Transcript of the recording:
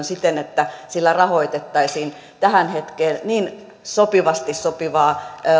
siten että sillä rahoitettaisiin tähän hetkeen niin sopivasti sopivaa